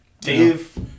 Dave